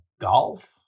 Golf